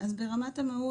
אז ברמת המהות,